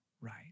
right